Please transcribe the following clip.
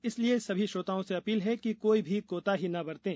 इसलिए सभी श्रोताओं से अपील है कि कोई भी कोताही न बरतें